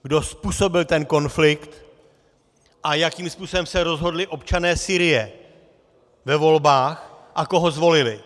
Kdo způsobil ten konflikt a jakým způsobem se rozhodli občané Sýrie ve volbách a koho zvolili?